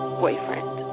boyfriend